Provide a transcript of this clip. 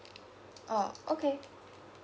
oh okay